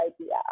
idea